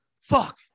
Fuck